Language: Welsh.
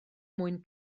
mwyn